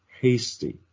hasty